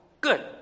good